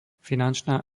finančná